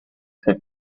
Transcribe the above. have